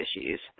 issues